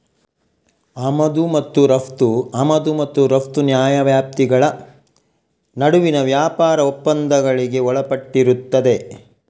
ಆಮದು ಮತ್ತು ರಫ್ತು ಆಮದು ಮತ್ತು ರಫ್ತು ನ್ಯಾಯವ್ಯಾಪ್ತಿಗಳ ನಡುವಿನ ವ್ಯಾಪಾರ ಒಪ್ಪಂದಗಳಿಗೆ ಒಳಪಟ್ಟಿರುತ್ತದೆ